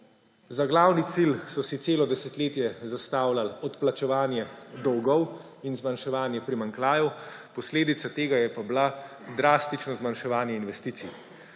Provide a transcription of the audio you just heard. Za glavni cilj so si celo desetletje zastavljali odplačevanje dolgov in zmanjševanje primanjkljajev, posledica tega je pa bila drastično zmanjševanje investicij.